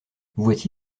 voici